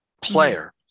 player